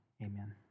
Amen